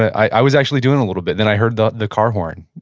i was actually doing a little bit then i heard the the car horn